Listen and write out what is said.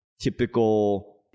typical